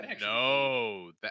No